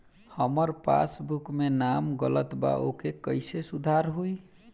हमार पासबुक मे नाम गलत बा ओके कैसे सुधार होई?